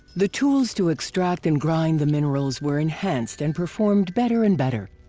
the tools to extract and grind the minerals were enhanced and performed better and better.